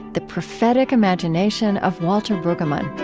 the prophetic imagination of walter brueggemann